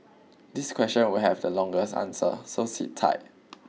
this question will have the longest answer so sit tight